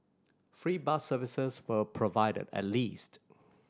free bus services were provided at least